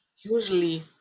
Usually